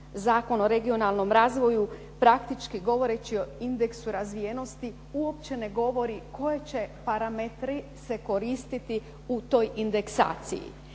Zakon o regionalnom razvoju, praktički govoreći o indeksu razvijenosti uopće ne govori koje će se parametri koristiti u toj indeksaciji.